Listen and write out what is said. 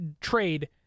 trade